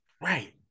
Right